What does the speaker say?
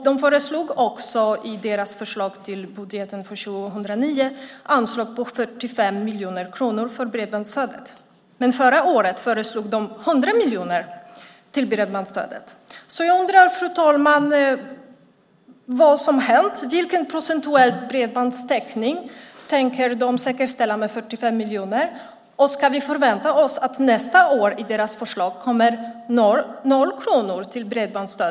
De föreslog också i sitt förslag till budget för 2009 ett anslag på 45 miljoner kronor för bredbandsstödet. Men förra året föreslog de 100 miljoner till bredbandsstödet. Jag undrar, fru talman, vad som hänt. Vilken procentuell bredbandstäckning tänker de säkerställa med 45 miljoner? Ska vi förvänta oss att det nästa år i deras förslag kommer 0 kronor till bredbandsstödet?